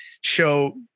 show